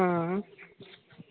हँ